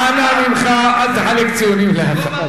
אנא ממך, אל תחלק ציונים לאף אחד.